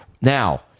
Now